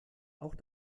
auch